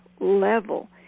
level